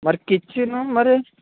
మరి కిచ్చెను మరి